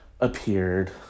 appeared